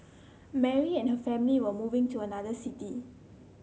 Mary and her family were moving to another city